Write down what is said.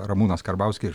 ramūnas karbauskis